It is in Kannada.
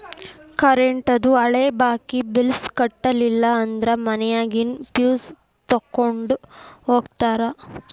ಕರೆಂಟೇಂದು ಹಳೆ ಬಾಕಿ ಬಿಲ್ಸ್ ಕಟ್ಟಲಿಲ್ಲ ಅಂದ್ರ ಮನ್ಯಾಗಿನ್ ಫ್ಯೂಸ್ ತೊಕ್ಕೊಂಡ್ ಹೋಗ್ತಾರಾ